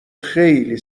خیلی